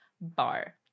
bar